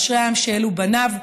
אשרי העם שאלו בניו.